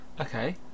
Okay